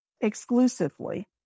exclusively